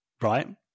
right